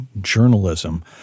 journalism